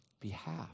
behalf